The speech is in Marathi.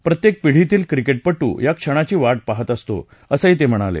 प्रत्येक पिढीतील क्रिकेटपटू या क्षणाची वाट पहात असतो असंही ते म्हणाले